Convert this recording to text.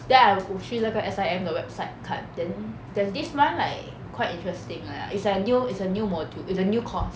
then I 我去那个 S_I_M 的 website 看 then there's this [one] like quite interesting leh it's like a new it's a new module it's a new course